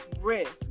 risk